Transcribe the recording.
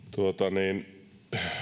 niin